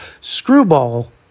Screwball